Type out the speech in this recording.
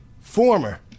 Former